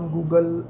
Google